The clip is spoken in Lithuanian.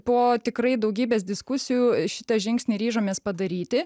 po tikrai daugybės diskusijų šitą žingsnį ryžomės padaryti